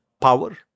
power